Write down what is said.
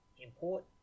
import